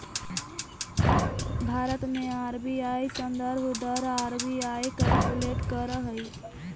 भारत में आर.बी.आई संदर्भ दर आर.बी.आई कैलकुलेट करऽ हइ